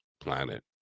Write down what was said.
planet